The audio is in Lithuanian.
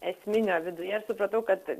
esminio viduje ir supratau kad